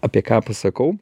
apie ką pasakau